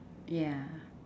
ya